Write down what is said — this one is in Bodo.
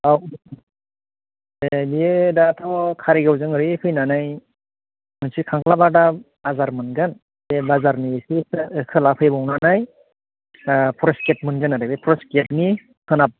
दा ए बे दाथ' कारिगावजों ओरै फैनानै मोनसे खांख्लाबादाम बाजार मोनगोन बे बाजारनि इसे खोला फैबावनानै ओ फरेस्ट गेट मोनगोन आरो बे फरेस्ट गेट नि सोनाब